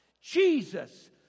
Jesus